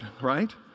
right